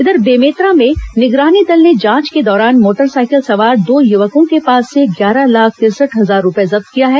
इधर बेमेतरा में निगरानी दल ने जांच के दौरान मोटरसाइकिल सवार दो युवको के पास से ग्यारह लाख तिरसठ हजार रुपए जब्त किया है